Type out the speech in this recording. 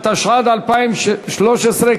התשע"ד 2013,